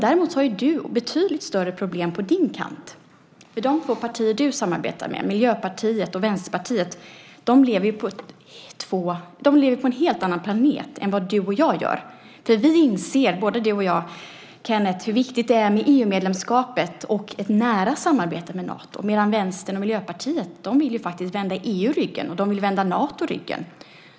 Däremot har du betydligt större problem på din kant. De två partier som du samarbetar med, Miljöpartiet och Vänsterpartiet, lever ju på en helt annan planet än vad du och jag gör. Vi inser, både du och jag, Kenneth, hur viktigt det är med EU-medlemskapet och ett nära samarbete med Nato, medan Vänstern och Miljöpartiet faktiskt vill vända EU ryggen och vill vända Nato ryggen.